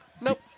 Nope